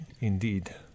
indeed